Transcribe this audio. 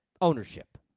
ownership